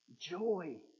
Joy